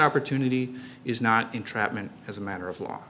opportunity is not entrapment as a matter of law